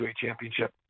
championship